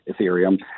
ethereum